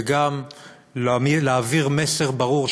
וגם להעביר מסר ברור,